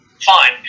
fine